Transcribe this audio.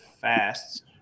fast